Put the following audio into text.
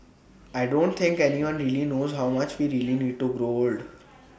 I don't think anyone really knows how much we really need to grow old